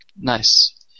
Nice